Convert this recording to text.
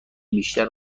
بیشتر